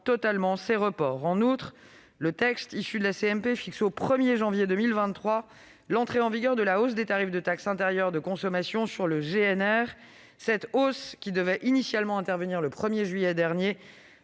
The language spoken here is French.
totalement déplafonnés. En outre, le texte issu de la CMP fixe au 1 janvier 2023 l'entrée en vigueur de la hausse des tarifs de taxe intérieure de consommation sur le gazole non routier. Cette hausse, qui devait initialement intervenir le 1 juillet dernier,